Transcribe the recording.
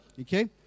Okay